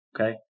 okay